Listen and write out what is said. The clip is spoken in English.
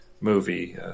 movie